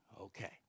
Okay